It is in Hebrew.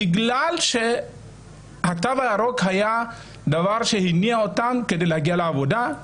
בגלל שהתו הירוק היה דבר שהניע אותם כדי להגיע לעבודה,